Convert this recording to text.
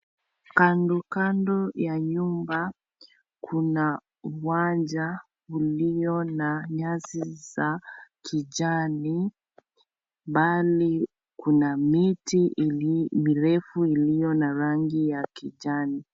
Kando kando ya nyuma kuna uwanja ulio na nyasi za kijani bali kuna miti mirefu iliyo na rangi ya kijani.